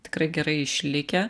tikrai gerai išlikę